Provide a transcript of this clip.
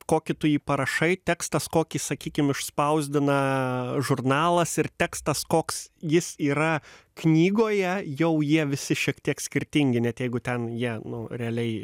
kokį tu jį parašai tekstas kokį sakykim išspausdina žurnalas ir tekstas koks jis yra knygoje jau jie visi šiek tiek skirtingi net jeigu ten jie nu realiai